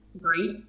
great